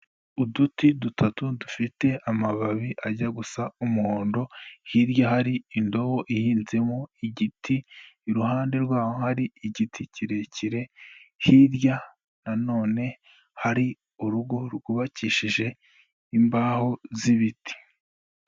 Uduti dutatu dufite amababi ajya gusa umuhondo, hirya hari indobo ihinzemo igiti, iruhande rwaho hari igiti kirekire, hirya na none hari urugo, rwubakishije imbaho z'ibiti.